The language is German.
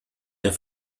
der